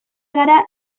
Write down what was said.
gara